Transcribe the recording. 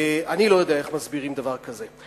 אני לא יודע איך מסבירים דבר כזה.